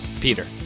Peter